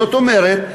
זאת אומרת,